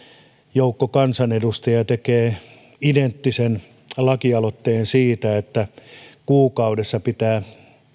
joukko kansanedustajia tekee identtisen lakialoitteen siitä että kuukaudessa pitää